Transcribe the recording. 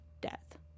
death